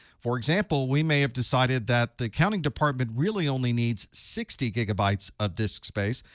for example, we may have decided that the accounting department really only needs sixty gigabytes of disk space,